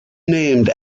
named